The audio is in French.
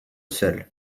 seul